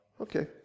Okay